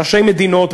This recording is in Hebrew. ראשי מדינות,